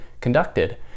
conducted